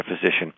physician